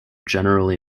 generally